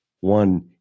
one